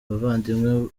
abavandimwe